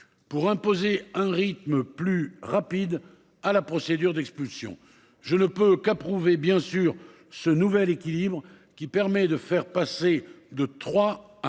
pour imposer un rythme plus rapide à la procédure d'expulsion, je ne peux qu'approuver. Bien sûr ce nouvel équilibre qui permet de faire passer de 3 à un